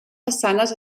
façanes